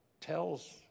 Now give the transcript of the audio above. tells